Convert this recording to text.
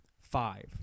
five